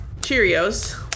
Cheerios